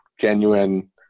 genuine